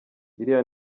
iriya